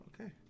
Okay